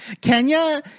Kenya